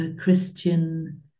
Christian